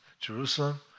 Jerusalem